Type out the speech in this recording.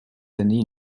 années